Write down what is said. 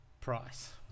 price